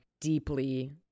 deeply